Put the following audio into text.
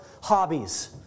Hobbies